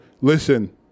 listen